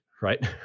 right